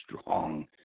strong